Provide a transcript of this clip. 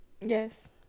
yes